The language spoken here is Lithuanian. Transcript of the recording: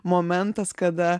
momentas kada